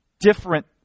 different